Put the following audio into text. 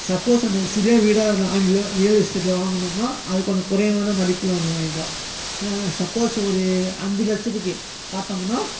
suppose அந்த சிறிய வீடாக லேண்டில் ரியல் எஸ்டேட்டில் வாங்கினோம்னா அதுக்கான குறைவான மதிப்பில் ஒன்று வாங்கிக்கலாம் சப்போஸ் ஒரு அஞ்சு லட்சத்துக்கு பார்த்தோமுன்னா